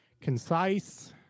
concise